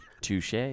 Touche